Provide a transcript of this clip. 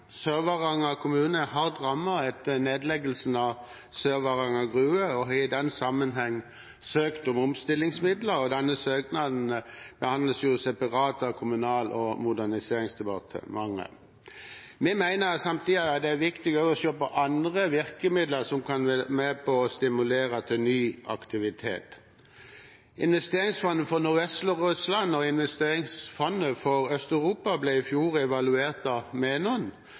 kommune er hardt rammet etter nedleggelsen av Sydvaranger Gruve og har i den sammenheng søkt om omstillingsmidler, og denne søknaden behandles separat av Kommunal- og moderniseringsdepartementet. Vi mener samtidig at det er viktig å se på andre virkemidler som kan være med på å stimulere til ny aktivitet. Investeringsfondet for Nordvest-Russland og Investeringsfondet for Øst-Europa ble i fjor evaluert av